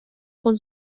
con